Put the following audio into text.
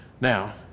Now